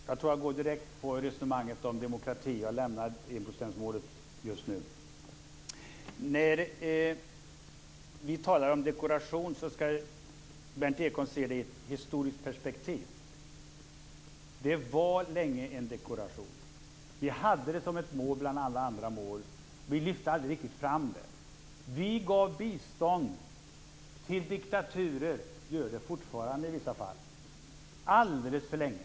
Herr talman! Jag går direkt på resonemanget om demokrati och lämnar enprocentsmålet just nu. När vi talar om dekoration skall Berndt Ekholm se det i ett historiskt perspektiv. Det var länge en dekoration. Vi hade det som ett mål bland alla andra mål. Vi lyfte aldrig riktigt fram det. Vi gav bistånd till diktaturer - det gör vi fortfarande i vissa fall - alldeles för länge.